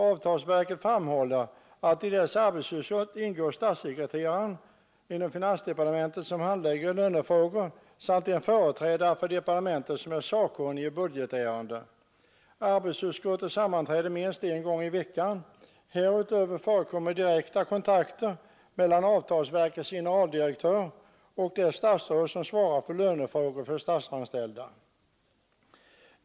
Avtalsverket framhåller, att i dess arbetsutskott ingår statssekreteraren för den enhet inom finansdepartementet som handlägger lönefrågor samt en företrädare för departementet som är sakkunnig i budgetärenden. Arbetsutskottet sammanträder minst en gång i veckan. Därutöver förekommer direkta kontakter mellan avtalsverkets generaldirektör och det statsråd som svarar för lönefrågor för statsanställda.